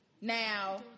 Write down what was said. Now